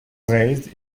raised